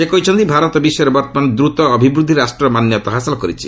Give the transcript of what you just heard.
ସେ କହିଛନ୍ତି ଭାରତ ବିଶ୍ୱରେ ବର୍ତ୍ତମାନ ଦ୍ରୁତ ଅଭିବୃଦ୍ଧି ରାଷ୍ଟ୍ରର ମାନ୍ୟତା ହାସଲ କରିଛି